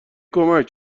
کمک